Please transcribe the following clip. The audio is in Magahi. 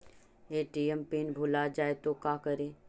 ए.टी.एम पिन भुला जाए तो का करी?